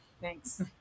thanks